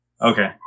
Okay